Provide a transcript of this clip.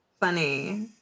funny